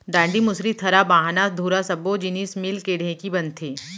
डांड़ी, मुसरी, थरा, बाहना, धुरा सब्बो जिनिस मिलके ढेंकी बनथे